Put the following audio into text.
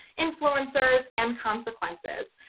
influencers and consequences.